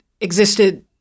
existed